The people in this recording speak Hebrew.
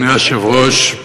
אדוני היושב-ראש,